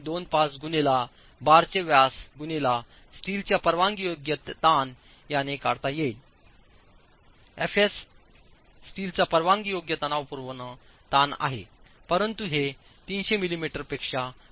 25 x बारचे व्यास x स्टीलच्या परवानगीयोग्य ताण याने काढता येईल fsस्टीलचा परवानगीयोग्य तणावपूर्ण ताण आहे परंतु हे 300 मिमीपेक्षा कमी असू शकत नाही